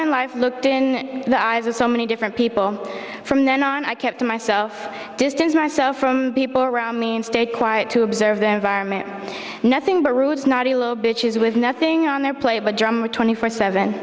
in life looked in the eyes of so many different people from then on i kept to myself distance myself from people around me and stay quiet to observe them vironment nothing but rude snotty little bitches with nothing on their plate but drama twenty four seven